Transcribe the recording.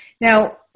Now